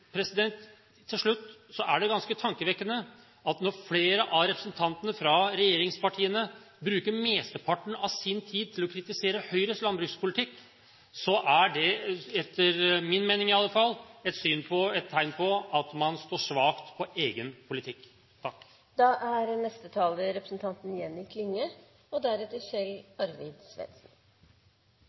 til slutt: Det er ganske tankevekkende at når flere av representantene fra regjeringspartiene bruker mesteparten av sin tid til å kritisere Høyres landbrukspolitikk, er det etter min mening, i alle fall, et tegn på at man står svakt på egen politikk. Debatten om landbrukspolitikken er